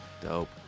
Dope